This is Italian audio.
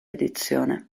edizione